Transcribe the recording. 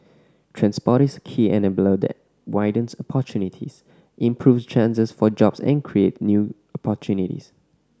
transport is a key enabler that widens opportunities improves chances for jobs and create new opportunities